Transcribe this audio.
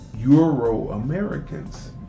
Euro-Americans